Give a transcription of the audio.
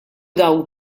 dawn